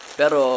pero